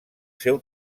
seu